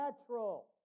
natural